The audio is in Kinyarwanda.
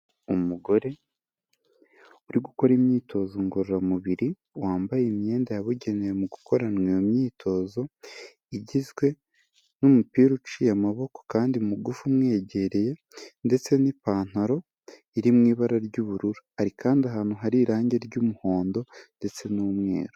Umugore uri gukora imyitozo ngororamubiri, wambaye imyenda yabugenewe mu gukoranwa iyo imyitozo, igizwe n'umupira uciye amaboko kandi mugufi umwegereye ndetse n'ipantaro iri mu ibara ry'ubururu. Ari kandi ahantu hari irangi ry'umuhondo ndetse n'umweru.